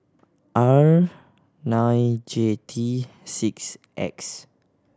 R nine J T six X